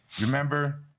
Remember